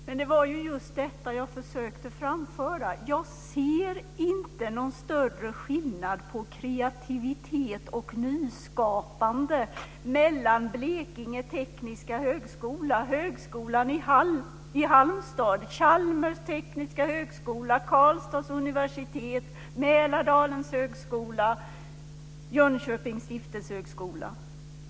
Herr talman! Det var ju just detta jag försökte framföra. Jag ser inte någon större skillnad på kreativitet och nyskapande mellan Blekinge tekniska högskola, Högskolan i Halmstad, Chalmers tekniska högskola, Karlstads universitet, Mälardalens högskola och Jönköpings stiftelsehögskola.